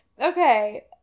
Okay